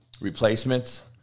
replacements